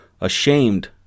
ashamed